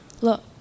look